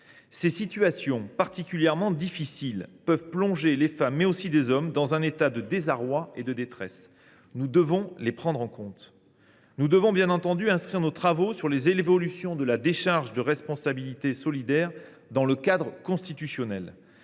Ces situations, particulièrement difficiles, peuvent plonger des femmes, mais aussi des hommes, dans un état de désarroi et de détresse. Nous devons les prendre en compte. Il nous faut bien entendu inscrire nos travaux sur les évolutions de la décharge de responsabilité solidaire dans le cadre constitutionnel.